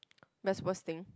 best worst thing